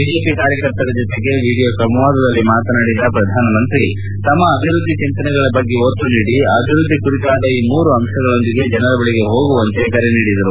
BJP ಕಾರ್ಯಕರ್ತರ ಜತೆಗೆ video ಸಂವಾದದಲ್ಲಿ ಮಾತನಾಡಿದ ಪ್ರಧಾನಮಂತ್ರಿ ತಮ್ಮ ಅಭಿವೃದ್ಧಿ ಚಿಂತನೆಗಳ ಬಗ್ಗೆ ಒತ್ತು ನೀಡಿ ಅಭಿವೃದ್ಧಿ ಕುರಿತಾದ ಈ ಮೂರು ಅಂತಗಳೊಂದಿಗೆ ಜನರ ಬಳಿಗೆ ಹೋಗುವಂತೆ ಕರೆ ನೀಡಿದರು